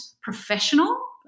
professional